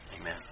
Amen